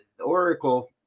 oracle